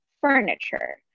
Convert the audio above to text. furniture